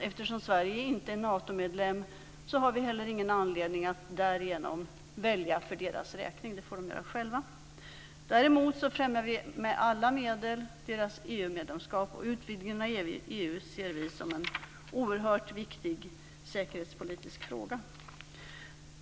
Eftersom Sverige inte är Natomedlem, har vi inte heller någon anledning att välja för deras räkning. Det får de göra själva. Däremot främjas med alla medel deras EU medlemskap. Utvidgningen av EU ser vi som en oerhört viktig säkerhetspolitisk fråga.